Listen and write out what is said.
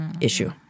issue